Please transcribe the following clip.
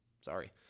Sorry